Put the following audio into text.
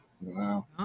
Wow